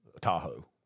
Tahoe